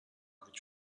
which